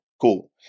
cool